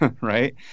right